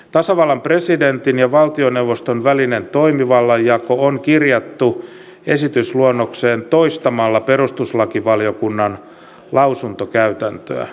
tasavallan presidentin ja valtioneuvoston välinen toimivallanjako on kirjattu esitysluonnokseen toistamalla perustuslakivaliokunnan lausuntokäytäntöä